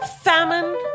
famine